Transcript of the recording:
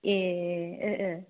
ए